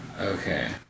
Okay